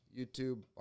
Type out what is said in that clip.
YouTube